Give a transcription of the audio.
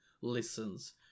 listens